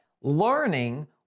learning